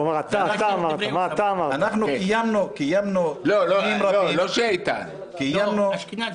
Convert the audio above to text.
אנחנו קיימנו -- לא איתן, אשכנזי.